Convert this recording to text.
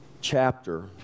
chapter